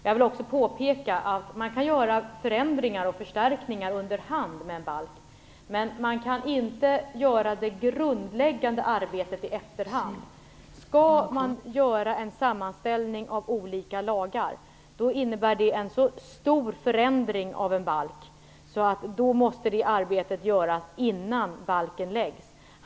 Jag vill också påpeka att man kan göra förändringar och förstärkningar under hand i en balk, men man kan inte göra det grundläggande arbetet i efterhand. Skall man göra en sammanställning av olika lagar, innebär det en så stor förändring av en balk att arbetet måste göras innan balken läggs fram.